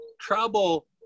trouble